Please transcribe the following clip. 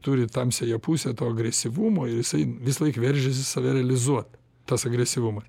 turi tamsiąją pusę to agresyvumo ir jisai visąlaik veržiasi save realizuot tas agresyvumas